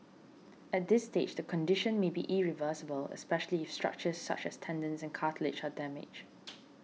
at this stage the condition may be irreversible especially if structures such as tendons and cartilage her damaged